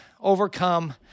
overcome